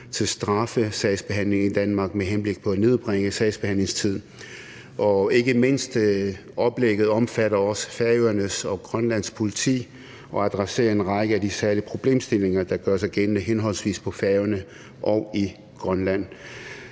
til straffesagsbehandling i Danmark med henblik på at nedbringe sagsbehandlingstiden. Og ikke mindst omfatter oplægget også Færøernes og Grønlands politi og adresserer en række af de særlige problemstillinger, der gør sig gældende henholdsvis på Færøerne og i Grønland.